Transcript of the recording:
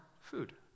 food